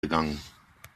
gegangen